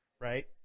right